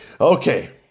Okay